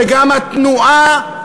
וגם התנועה,